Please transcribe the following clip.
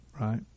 right